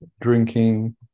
Drinking